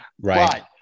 Right